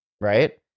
right